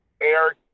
Eric